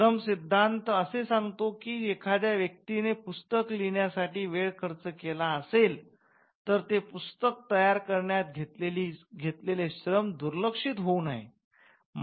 श्रम सिद्धांत असे सांगतो की एखाद्या व्यक्तीने पुस्तक लिहिण्यासाठी वेळ खर्च केला असेल तर ते पुस्तक तयार करण्यात घेतलेले श्रम दुर्लक्षित होऊ नये